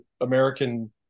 American